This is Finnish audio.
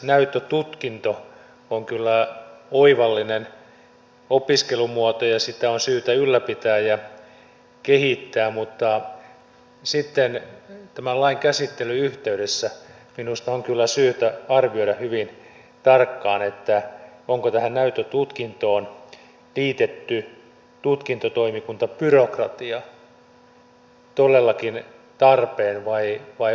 näyttötutkinto on kyllä oivallinen opiskelumuoto ja sitä on syytä ylläpitää ja kehittää mutta sitten tämän lain käsittelyn yhteydessä minusta on kyllä syytä arvioida hyvin tarkkaan että onko tähän näyttötutkintoon liitetty tutkintotoimikuntabyrokratia todellakin tarpeen vai onko se turha